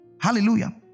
Hallelujah